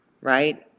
right